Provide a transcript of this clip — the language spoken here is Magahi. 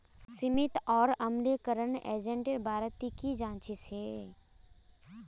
सीमित और अम्लीकरण एजेंटेर बारे ती की जानछीस हैय